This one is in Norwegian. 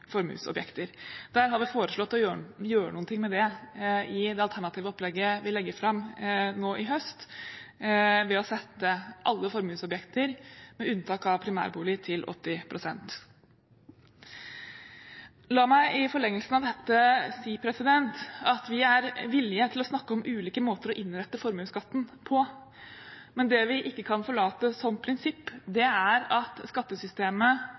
formuesobjekter. Der har vi foreslått å gjøre noe med det i det alternative opplegget vi legger fram nå i høst, ved å sette alle formuesobjekter, med unntak av primærbolig, til 80 pst. La meg i forlengelsen av dette si at vi er villig til å snakke om ulike måter å innrette formuesskatten på, men det vi ikke kan forlate som prinsipp, er at skattesystemet